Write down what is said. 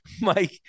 Mike